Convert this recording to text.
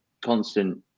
constant